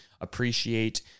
appreciate